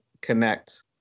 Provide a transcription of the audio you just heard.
connect